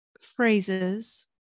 phrases